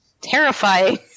Terrifying